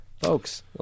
Folks